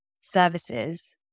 services